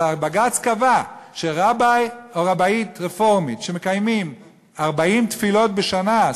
אבל בג"ץ קבע שרביי או רבאית רפורמית שמקיימים 40 תפילות בשנה,